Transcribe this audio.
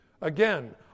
Again